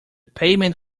pavement